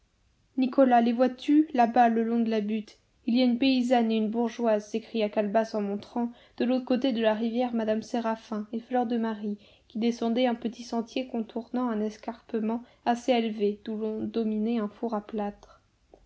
nicolas les vois-tu là-bas le long de la butte il y a une paysanne et une bourgeoise s'écria calebasse en montrant de l'autre côté de la rivière mme séraphin et fleur de marie qui descendaient un petit sentier contournant un escarpement assez élevé d'où l'on dominait un four à plâtre